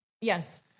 Yes